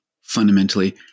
fundamentally